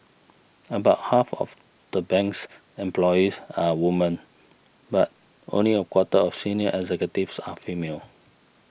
about half of the bank's employees are women but only a quarter of senior executives are female